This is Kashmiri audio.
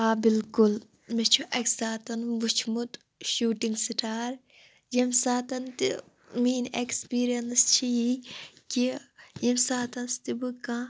آ بِلکُل مےٚ چھُ اَکہِ ساتَن وٕچھمُت شوٗٹِنٛگ سِٹار ییٚمہِ ساتَن تہِ میٲنۍ اٮ۪کٕسپِریِنس چھِ یِی کہِ ییٚمہِ ساتَس تہِ بہٕ کانٛہہ